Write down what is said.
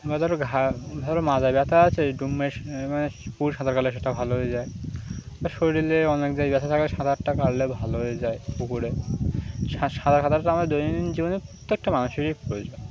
বা ধরো ঘা ধরো মাজায় ব্যথা আছে একটু মানে পুকুরে সাঁতার কাটলে সেটা ভালো হয়ে যায় বা শরীরে অনেক জায়গায় ব্যথা থাকলে সাঁতারটা কাটলে ভালো হয়ে যায় পুকুরে সাঁতার সাঁতারটা আমাদের দৈনন্দিন জীবনে প্রত্যেকটা মানুষেরই প্রয়োজন